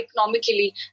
economically